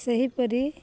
ସେହିପରି